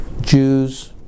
Jews